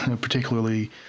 particularly